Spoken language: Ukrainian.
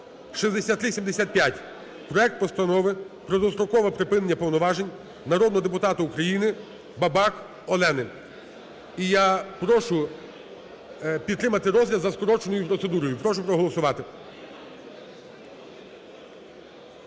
6375: проект Постанови про дострокове припинення повноважень народного депутата України Бабак Олени. І я прошу підтримати розгляд за скороченою процедурою. Прошу проголосувати.